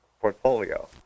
portfolio